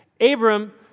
Abram